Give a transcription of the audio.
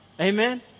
Amen